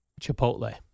Chipotle